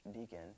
deacon